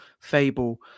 Fable